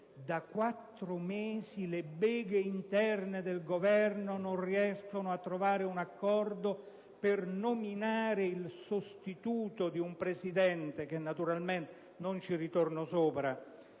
da quattro mesi le beghe interne del Governo impediscano di trovare un accordo per nominare il sostituto di un presidente, che - naturalmente non tornerò